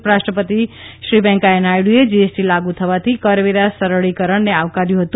ઉપરાષ્ટ્રપતિશ્રી વૈંકેયાહ નાયડુએ જીએસટી લાગુ થવાથી કરવેરા સરળીકરણને આવકાર્યું હતું